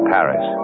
Paris